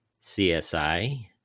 CSI